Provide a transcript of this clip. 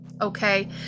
Okay